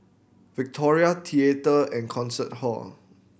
Victoria Theatre and Concert Hall